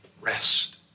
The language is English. rest